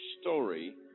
story